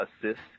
assist